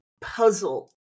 puzzle